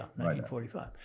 1945